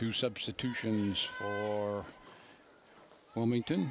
to substitutions or wilmington